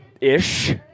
ish